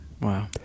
Wow